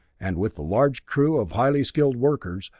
and, with the large crew of highly skilled workers,